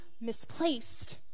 misplaced